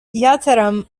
yatırım